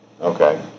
Okay